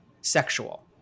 sexual